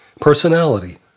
personality